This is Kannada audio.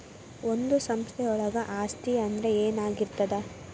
ಒಂದು ಸಂಸ್ಥೆಯೊಳಗ ಆಸ್ತಿ ಅಂದ್ರ ಏನಾಗಿರ್ತದ?